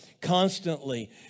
constantly